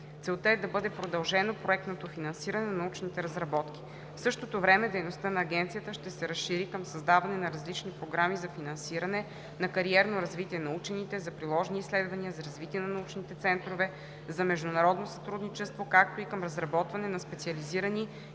Целта е да бъде продължено проектното финансиране на научните разработки. В същото време дейността на Агенцията ще се разшири към създаване на различни програми за финансиране на кариерно развитие на учените, за приложни изследвания, за развитие на научните центрове, за международно сътрудничество, както и към разработване на специализирани